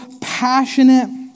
passionate